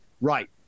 right